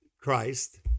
Christ